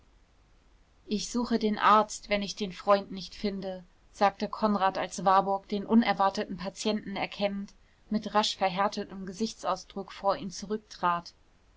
ich suche den arzt wenn ich den freund nicht finde sagte konrad als warburg den unerwarteten patienten erkennend mit rasch verhärtetem gesichtsausdruck vor ihm